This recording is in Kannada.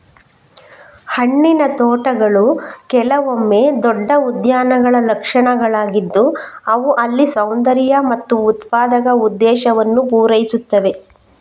ಹಣ್ಣಿನ ತೋಟಗಳು ಕೆಲವೊಮ್ಮೆ ದೊಡ್ಡ ಉದ್ಯಾನಗಳ ಲಕ್ಷಣಗಳಾಗಿದ್ದು ಅವು ಅಲ್ಲಿ ಸೌಂದರ್ಯ ಮತ್ತು ಉತ್ಪಾದಕ ಉದ್ದೇಶವನ್ನು ಪೂರೈಸುತ್ತವೆ